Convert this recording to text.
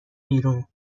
بیرون